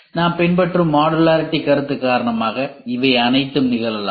நாம் பின்பற்றும் மாடுலாரிடி கருத்து காரணமாக இவை அனைத்தும் நிகழலாம்